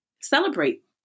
celebrate